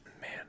Man